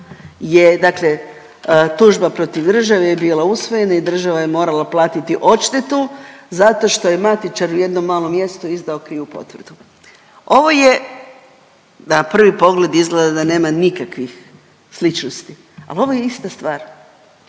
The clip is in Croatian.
dakle tužba protiv države je bila usvojena i država je morala platiti odštetu zato što je matičar u jednom malom mjestu izdao krivu potvrdu. Ovo je na prvi pogled izgleda da nema nikakvih sličnosti, ali ovo je ista stvar,